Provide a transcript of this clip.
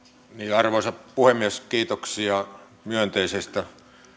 arvoisa puhemies kiitoksia myönteisestä